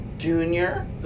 Junior